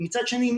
מצד שני,